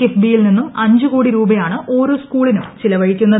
കിഫ്ബിയിൽ നിന്നും അഞ്ച് കോടി രൂപയാണ് ഓരോ സ് കൂളിനും ചിലവഴിക്കുന്നത്